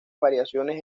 variaciones